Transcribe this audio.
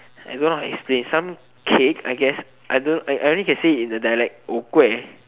I don't know how to explain it's some cake I guess I don't know I I only can say it in the dialect orh kueh